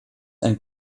ein